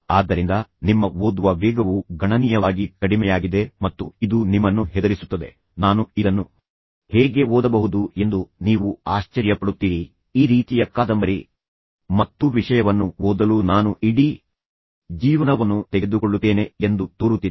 ಆದ್ದರಿಂದ ನಿಮ್ಮ ಓದುವ ವೇಗವು ಗಣನೀಯವಾಗಿ ಕಡಿಮೆಯಾಗಿದೆ ಮತ್ತು ಇದು ನಿಮ್ಮನ್ನು ಹೆದರಿಸುತ್ತದೆ ನಾನು ಇದನ್ನು ಹೇಗೆ ಓದಬಹುದು ಎಂದು ನೀವು ಆಶ್ಚರ್ಯ ಪಡುತ್ತೀರಿ ಈ ರೀತಿಯ ಕಾದಂಬರಿ ಮತ್ತು ವಿಷಯವನ್ನು ಓದಲು ನಾನು ಇಡೀ ಜೀವನವನ್ನು ತೆಗೆದುಕೊಳ್ಳುತ್ತೇನೆ ಎಂದು ತೋರುತ್ತಿದೆ